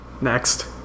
Next